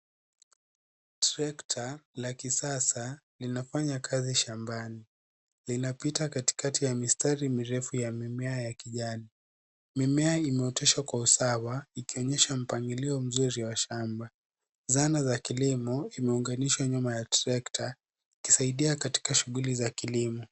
Trekta la kisasa linafanya kazi shambani. Linapita katikati ya mistari mirefu ya mimea ya kijani. Mimea imeoteshwa kwa usawa, ikionyesha mpangilio mzuri wa shamba. Zana za kilimo imeunganishwa nyuma ya trekta, ikisaidia katika shughuli za kilimo.